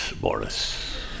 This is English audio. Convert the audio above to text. Boris